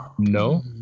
no